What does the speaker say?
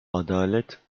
adalet